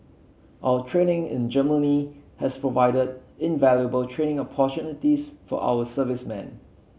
our training in Germany has provided invaluable training opportunities for our servicemen